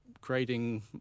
creating